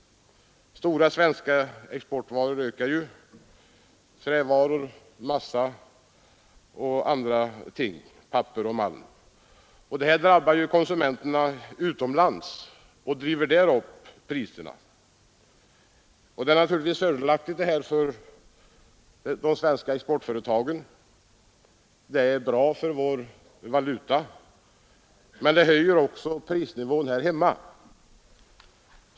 Stora svenska exportvaror — trävaror, massa, papper och malm — ökar i pris, vilket drabbar konsumenterna utomlands. Det är naturligtvis fördelaktigt för de svenska exportföretagen, och det är bra för vår valuta, men det höjer också prisnivån här hemma.